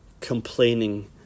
Complaining